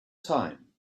time